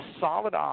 solid